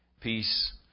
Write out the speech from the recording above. peace